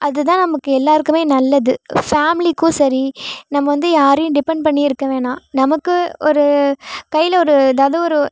அதுதான் நமக்கு எல்லாேருக்குமே நல்லது ஃபேமிலிக்கும் சரி நம்ம வந்து யாரையும் டிப்பெண்ட் பண்ணி இருக்க வேணாம் நமக்கு ஒரு கையில் ஒரு ஏதாவது ஒரு